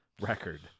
record